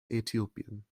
äthiopien